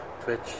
Twitch